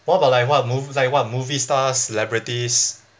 what about like what movies like what movie star celebrities